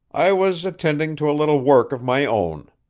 i was attending to a little work of my own,